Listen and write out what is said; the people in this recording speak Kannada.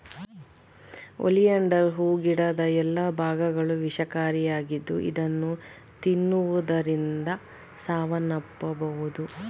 ಒಲಿಯಾಂಡರ್ ಹೂ ಗಿಡದ ಎಲ್ಲಾ ಭಾಗಗಳು ವಿಷಕಾರಿಯಾಗಿದ್ದು ಇದನ್ನು ತಿನ್ನುವುದರಿಂದ ಸಾವನ್ನಪ್ಪಬೋದು